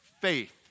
faith